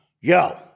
Yo